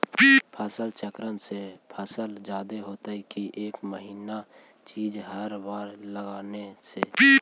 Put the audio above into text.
फसल चक्रन से फसल जादे होतै कि एक महिना चिज़ हर बार लगाने से?